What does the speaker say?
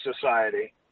Society